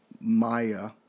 Maya